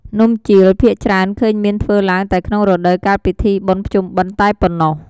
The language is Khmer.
នំជៀល ភាគច្រើនឃើញមានធ្វើឡើងតែក្នុងរដូវកាលពិធីបុណ្យភ្ជុំបិណ្ឌតែប៉ុណ្ណោះ ។